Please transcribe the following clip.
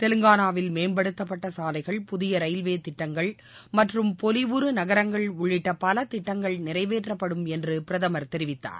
தெலுங்கானாவில் மேம்படுததப்பட்ட சாலைகள் புதிய ரயில்வே திட்டங்கள் மற்றும் பொலிவுறு நகரங்கள் உள்ளிட்ட பல திட்டங்கள் நிறைவேற்றப்படும் என்று பிரதமர் தெரிவித்தார்